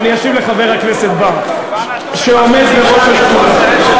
אבל אני אשיב לחבר הכנסת בר, שעומד בראש השדולה.